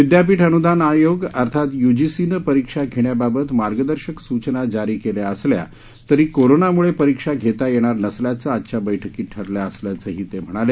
विदयापीठ अनुदान आयोग अर्थात युजीसीनं परिक्षा घेण्याबाबत मार्गदर्शक सुचना जारी केल्या असल्या तरी कोरोनामुळे परिक्षा घेता येणार नसल्याचं आजच्या बैठकीत ठरलं असल्याचंही ते म्हणाले